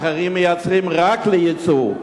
אחרים מייצרים רק ליצוא,